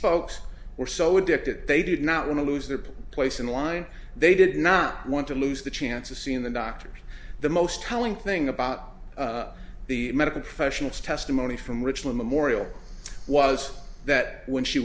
folks were so addicted they did not want to lose their place in line they did not want to lose the chance of seeing the doctor the most telling thing about the medical professionals testimony from richmond memorial was that when she